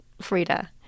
Frida